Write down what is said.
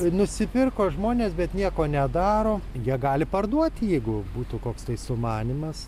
nusipirko žmonės bet nieko nedaro jie gali parduoti jeigu būtų koks tai sumanymas